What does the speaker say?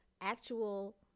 actual